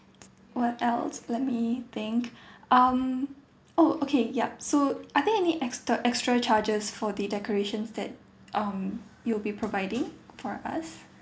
what else let me think um oh okay yup so are there any extra extra charges for the decorations that um you'll be providing for us